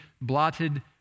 blotted